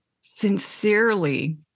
sincerely